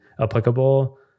applicable